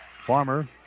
Farmer